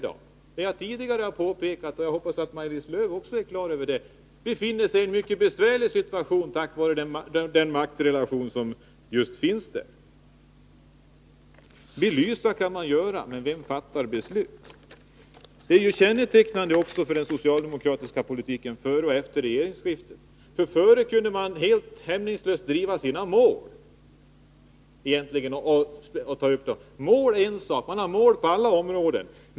Jag har tidigare påpekat, och jag hoppas att också Maj-Lis Lööw är på det klara med detta, att de befinner sig i en mycket besvärlig situation på grund av just den maktrelation som finns där. Belysa kan man göra, men vem fattar beslut? Detta är också kännetecknande för den socialdemokratiska politiken före och efter regeringsskiftet. Före kunde man helt hämningslöst ta upp och driva sina förslag till mål. Mål är en sak — man har mål på alla områden.